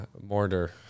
Mortar